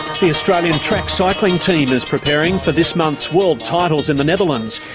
the australian track cycling team is preparing for this month's world titles in the netherlands,